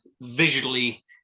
visually